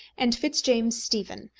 and fitz-james stephen,